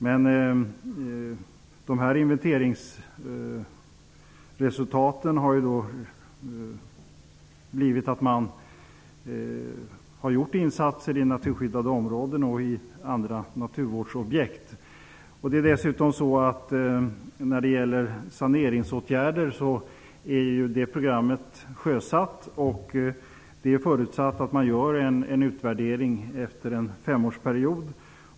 Denna inventering har resulterat i att det har gjorts insatser inom naturskyddade områden och andra naturvårdsobjekt. Dessutom är saneringsprogrammet sjösatt. Det skall göras en utvärdering efter en femårsperiod.